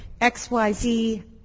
XYZ